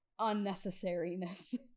unnecessariness